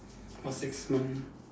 for six month